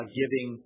giving